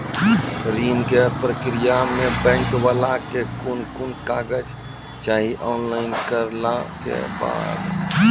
ऋण के प्रक्रिया मे बैंक वाला के कुन कुन कागज चाही, ऑनलाइन करला के बाद?